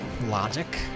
logic